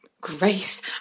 Grace